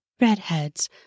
Redheads